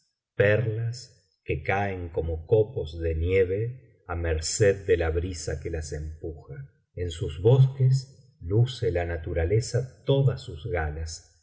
perlas que caen como copos de nieve á merced de la brisa que las empuja biblioteca valenciana generalitat valenciana historia del visir nureddin en sus bosques luce la naturaleza todas sus galas